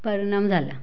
परिणाम झाला